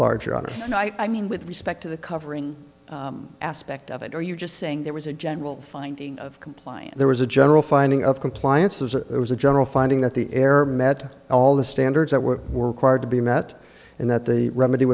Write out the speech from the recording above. larger on hand i mean with respect to the covering aspect of it are you just saying there was a general finding of compliance there was a general finding of compliance was a it was a general finding that the error met all the standards that were were quoted to be met and that the remedy